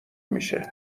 میشه